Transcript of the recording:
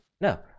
no